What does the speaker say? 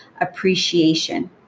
appreciation